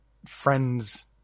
friends